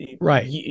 right